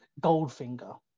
Goldfinger